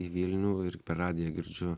į vilnių ir per radiją girdžiu